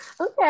Okay